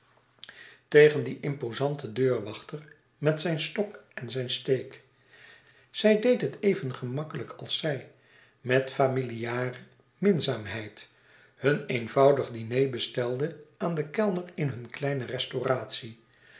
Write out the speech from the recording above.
tegen dien impozanten deurwachter met zijn stok en zijn steek zij deed het even gemakkelijk als zij met familiare minzaamheid hun eenvoudig diner bestelde aan den kellner in hun kleine restauratie